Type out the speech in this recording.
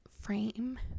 frame